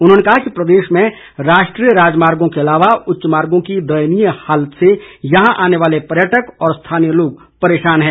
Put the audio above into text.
उन्होंने कहा कि प्रदेश में राष्ट्रीय राजमार्गों के अलावा उच्च मार्गों की दयनीय हालत से यहां आने वाले पर्यटक व स्थानीय लोग परेशान हैं